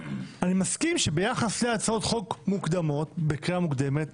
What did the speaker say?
אני מסכים שביחס להצעות חוק מוקדמות בקריאה מוקדמת,